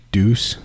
Deuce